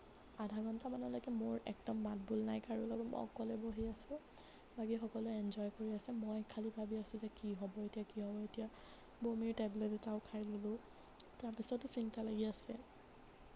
আধা ঘণ্টা মানলৈকে মোৰ একদম মাতবোল নাই কাৰো লগত মই অকলে বহি আছোঁ বাকী সকলোৱে এঞ্জয় কৰি আছে মই খালি ভাবি আছোঁ যে কি হ'ব এতিয়া কি হ'ব এতিয়া বমিৰ টেবলেট এটাও খাই দিলোঁ তাৰপিছতো চিন্তা লাগি আছে